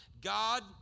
God